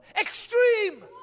Extreme